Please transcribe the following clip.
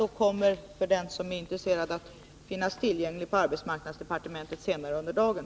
För den som är intresserad vill jag också nämna att den kommer att finnas tillgänglig på arbetsmarknadsdepartementet senare under dagen.